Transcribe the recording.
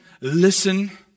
listen